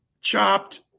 chopped